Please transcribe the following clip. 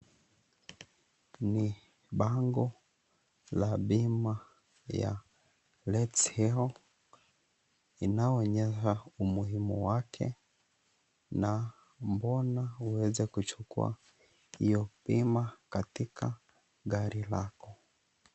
Ni bango la bima ya LetsGo help inayoonyesha umuhimu wake na mbona uweze kuchukua hiyo bima katika gari lako.